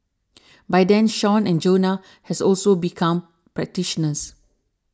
by then Sean and Jonah has also become practitioners